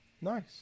nice